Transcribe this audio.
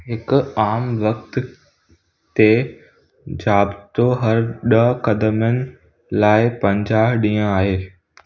हिकु आमु वक़्त ते जाब्तो हर ॾह कदमनि लाइ पंजाहु ॾींंहं आहे